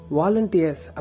volunteers